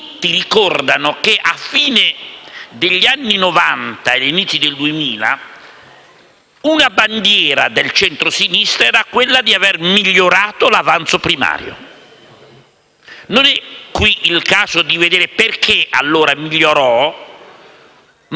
tutti ricordano che tra la fine degli anni Novanta e l'inizio del 2000, una bandiera del centrosinistra era quella di aver migliorato l'avanzo primario. Non è qui il caso di vedere perché allora migliorò, ma